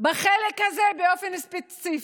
בחלק הזה באופן ספציפי.